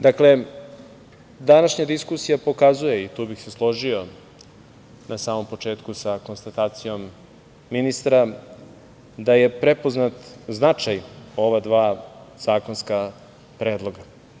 Dakle, današnja diskusija pokazuje i tu bih se složio na samom početku sa konstatacijom ministra da je prepoznat značaj ova dva zakonska predloga.